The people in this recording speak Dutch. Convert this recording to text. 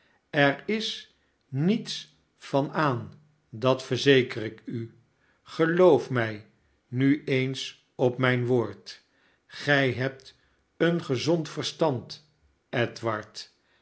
er is niets van aan dat verzeker ik u geloof mij nu eens op mijn woord gij hebt een gezond verstand edward